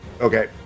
Okay